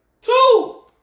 Two